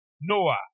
Noah